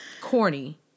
corny